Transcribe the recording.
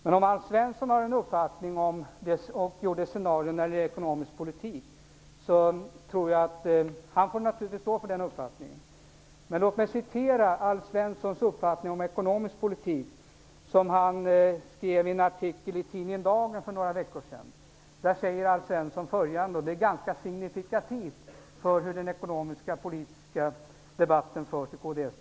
Alf Svensson gjorde scenarion över ekonomisk politik, och han får naturligtvis stå för sin uppfattning. Låt mig referera Alf Svenssons uppfattning om ekonomisk politik. Han skrev i en artikel i tidningen Dagen för några veckor sedan något som är ganska signifikativt för hur den ekonomisk-politiska debatten förs i kds tappning.